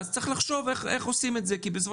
אז צריך לחשוב איך עושים את זה כי בסופו